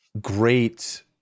great